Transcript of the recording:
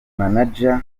manager